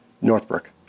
Northbrook